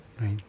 right